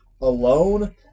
alone